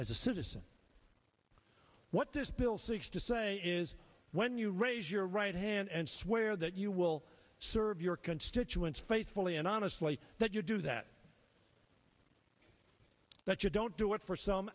as a citizen what this bill seeks to say is when you raise your right hand and swear that you will serve your constituents faithfully and honestly that you do that that you don't do it for some